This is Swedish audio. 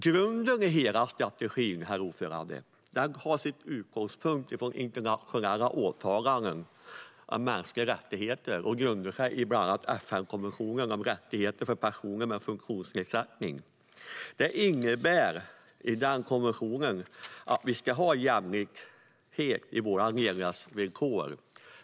Grunden i strategin har sin utgångspunkt i internationella åtaganden om mänskliga rättigheter, bland annat FN-konventionen om rättigheter för personer med funktionsnedsättning. Konventionen innebär att vi ska ha jämlikhet i våra levnadsvillkor.